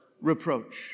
reproach